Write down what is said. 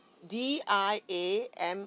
D I A M